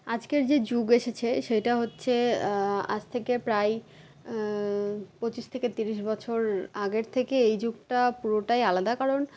আজকের যে যুগ এসেছে সেইটা হচ্ছে আজ থেকে প্রায় পঁচিশ থেকে তিরিশ বছর আগের থেকে এই যুগটা পুরোটাই আলাদা কারণ